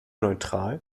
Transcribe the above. neutral